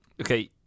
Okay